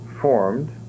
formed